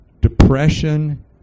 depression